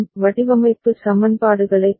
வடிவமைப்பு சமன்பாடுகளைப் பெற